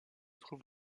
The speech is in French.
trouve